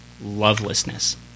lovelessness